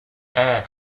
air